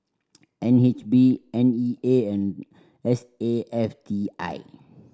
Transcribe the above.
N H B N E A and S A F T I